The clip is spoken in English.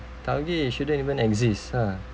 taugeh shouldn't even exist uh